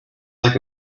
like